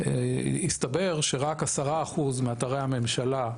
שהסתבר שרק 10% מאתרי הממשלה,